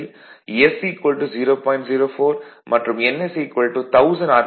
04 மற்றும் ns 1000 R